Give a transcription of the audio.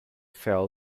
fell